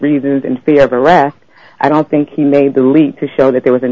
reasons and fear of arrest i don't think he made the leap to show that there was a